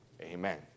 amen